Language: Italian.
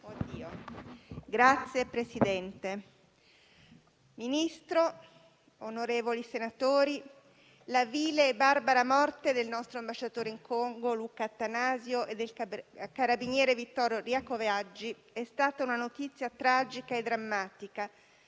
Presidente, signor Ministro, onorevoli senatori, la vile e barbara morte del nostro ambasciatore in Congo Luca Attanasio e del carabiniere Vittorio Iacovacci è stata una notizia tragica e drammatica